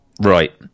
Right